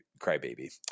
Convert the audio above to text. crybaby